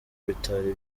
bitari